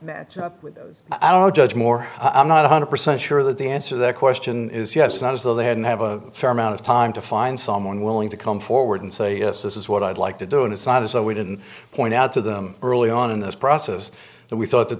happened i don't judge more i'm not one hundred percent sure that the answer the question is yes not as though they hadn't have a fair amount of time to find someone willing to come forward and say yes this is what i'd like to do and it's not as though we didn't point out to them early on in this process that we thought that